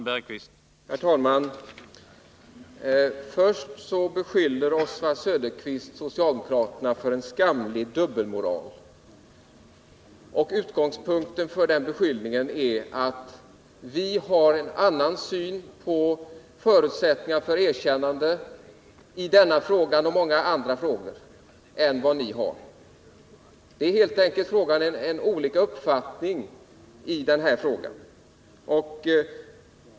Herr talman! Oswald Söderqvist beskyller socialdemokraterna för en skamlig dubbelmoral. Utgångspunkten för den beskyllningen är att vi har andra principer för erkännande än vad ni har. Vi har helt enkelt olika uppfattningar.